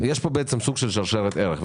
יש פה סוג של שרשרת ערך.